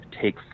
take